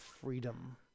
freedom